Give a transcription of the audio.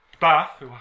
Bath